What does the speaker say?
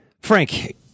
Frank